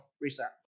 Reset